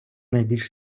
найбільш